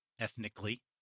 ethnically